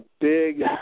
big